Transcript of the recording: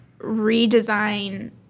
redesign